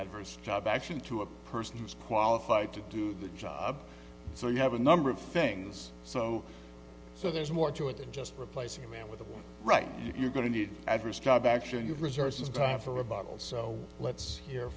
adverse job action to a person who's qualified to do the job so you have a number of things so so there's more to it than just replacing them with the right you're going to need an adverse job action of resources time from a bottle so let's hear